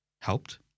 helped